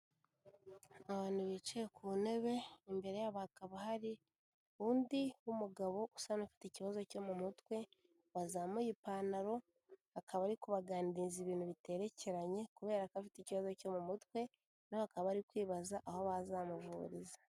Abantu bicaye ku ntebe, imbere yabo hakaba hari undi w'umugabo usa n'ufite ikibazo cyo mu mutwe, wazamuye ipantaro, akaba ari kubaganiriza ibintu biterekeranye kubera ko afite ikibazo cyo mu mutwe, na bo bakaba bari kwibaza aho bazamuvuriza.